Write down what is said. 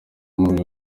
muri